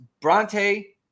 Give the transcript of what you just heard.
Bronte